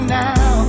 now